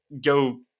go